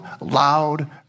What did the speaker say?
loud